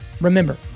remember